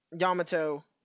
Yamato